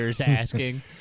asking